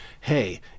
hey